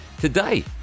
today